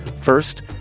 first